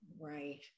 right